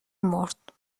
مرد